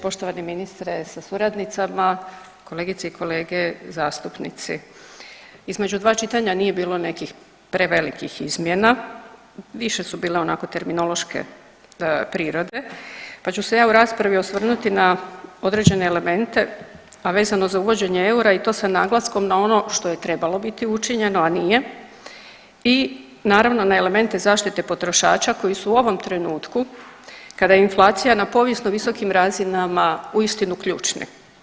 Poštovani ministre sa suradnicama, kolegice i kolege zastupnici, između 2 čitanja nije bilo nekih prevelikih izmjena, više su bile onako terminološke prirode pa ću se ja u raspravi osvrnuti na određene elemente, a vezano za uvođenje eura i to sa naglaskom na ono što je trebalo biti učinjeno, a nije i naravno na elemente zaštite potrošača koji su u ovom trenutku kada je inflacija na povijesno visokim razinama uistinu ključne.